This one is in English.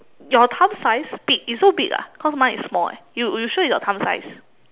your thumb size big it's so big ah cause mine is small eh you you sure it's your thumb size